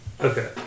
Okay